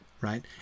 right